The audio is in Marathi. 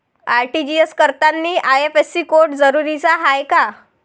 आर.टी.जी.एस करतांनी आय.एफ.एस.सी कोड जरुरीचा हाय का?